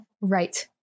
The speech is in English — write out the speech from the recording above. Right